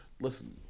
listen